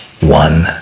one